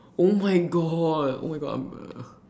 oh my god oh my god I'm